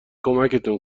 کمکتون